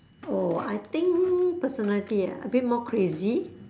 oh I think personality ah a bit more crazy